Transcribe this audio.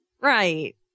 Right